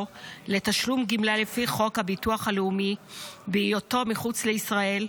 לתשלום גמלה לפי חוק הביטוח הלאומי בהיותו מחוץ לישראל,